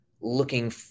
looking